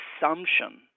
assumption